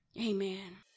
Amen